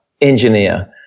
engineer